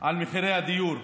על מחירי הדיור,